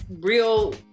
real